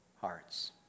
hearts